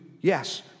yes